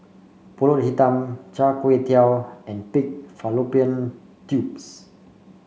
pulut Hitam Char Kway Teow and Pig Fallopian Tubes